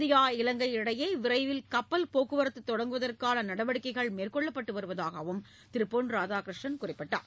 India இவங்கை இடையே விரைவில் கப்பல் போக்குவரத்து தொடங்குவதற்கான நடவடிக்கைகள் மேற்கொள்ளப்பட்டு வருவதாகவும் பொன் ராதாகிருஷ்ணன் குறிப்பிட்டார்